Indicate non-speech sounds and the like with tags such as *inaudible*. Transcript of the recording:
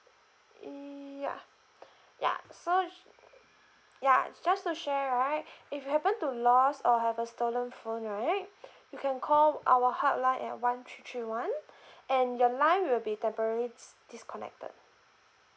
mm ya ya so ya just to share right if you happen to lost or have a stolen phone right you can call our hotline at one three three one *breath* and your line will be temporary dis~ disconnected